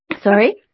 Sorry